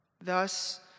Thus